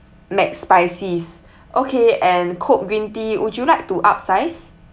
mcspicy's okay and coke green tea would you like to upsize